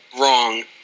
wrong